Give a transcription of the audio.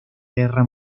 guerra